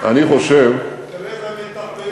אני חושב, מתקרב להתנחלויות.